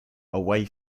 away